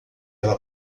ela